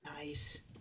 Nice